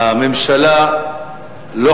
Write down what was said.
בוא נבדוק מה אומר התקנון.